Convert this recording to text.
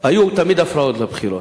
היו תמיד הפרעות לבחירות,